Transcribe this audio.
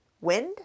Wind